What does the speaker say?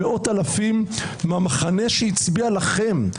מאות אלפים מהמחנה שהצביע לכם.